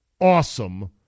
awesome